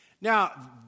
Now